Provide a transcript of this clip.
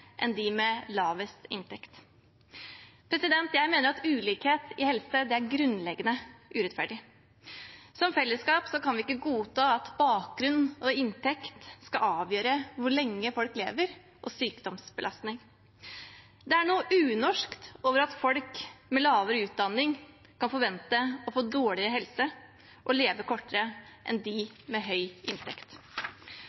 enn dem med lavest inntekt. Jeg mener at ulikhet i helse er grunnleggende urettferdig. Som fellesskap kan vi ikke godta at bakgrunn og inntekt skal avgjøre hvor lenge folk lever, og sykdomsbelastning. Det er noe unorsk over at folk med lavere utdanning kan forvente å få dårligere helse og leve kortere enn dem med høy inntekt. Psykiske plager og lidelser er blant de